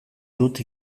dut